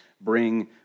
bring